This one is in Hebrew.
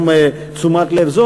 גם תשומת לב.